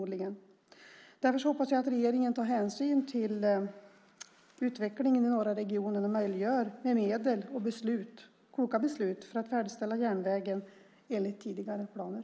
Därför hoppas jag att regeringen tar hänsyn till utvecklingen i de norra regionerna och möjliggör med medel och kloka beslut färdigställande av järnvägen enligt tidigare planer.